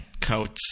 coats